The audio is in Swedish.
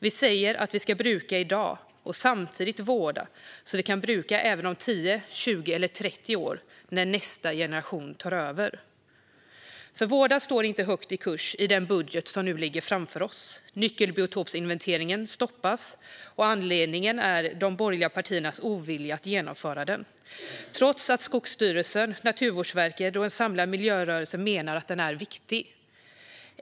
Vi säger att vi ska bruka i dag och samtidigt vårda så att vi kan bruka även om 10, 20 eller 30 år när nästa generation tar över. Att vårda står inte högt i kurs i den budget som nu ligger framför oss. Nyckelbiotopsinventeringen stoppas. Anledningen är de borgerliga partiernas ovilja att genomföra den, trots att Skogsstyrelsen, Naturvårdsverket och en samlad miljörörelse menar att den är viktig.